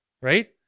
right